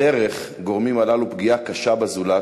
בדרך, גורמים הללו לפגיעה קשה בזולת,